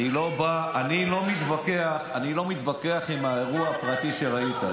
אני לא מתווכח עם האירוע הפרטי שראית.